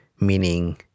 meaning